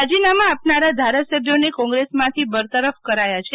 રાજીનામાં આપનારા ધારાસભ્યોને કોગ્રેશમાંથી બરતરફ કરાથા છે